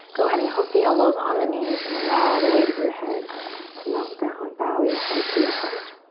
go ahead and hook the elbows on the knees and allow the weight of your head to melt down. bow your head to your heart.